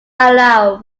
allow